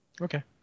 Okay